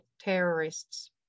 terrorists